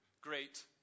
great